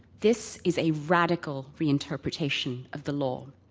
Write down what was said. this is a radical reinterpretation of the law.